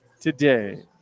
today